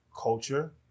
culture